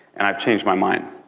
and i've changed my mind.